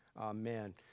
Amen